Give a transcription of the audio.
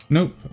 Nope